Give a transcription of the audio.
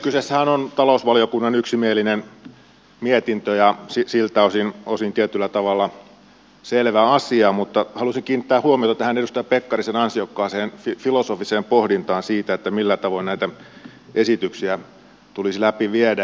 kyseessähän on talousvaliokunnan yksimielinen mietintö ja siltä osin tietyllä tavalla selvä asia mutta halusin kiinnittää huomiota tähän edustaja pekkarisen ansiokkaaseen filosofiseen pohdintaan siitä millä tavoin näitä esityksiä tulisi läpi viedä